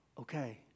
okay